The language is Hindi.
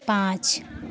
पाँच